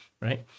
right